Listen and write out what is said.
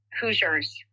Hoosiers